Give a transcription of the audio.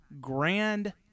Grand